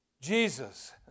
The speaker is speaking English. Jesus